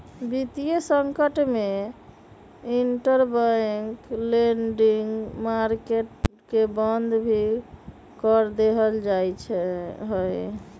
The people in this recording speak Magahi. वितीय संकट में इंटरबैंक लेंडिंग मार्केट के बंद भी कर देयल जा हई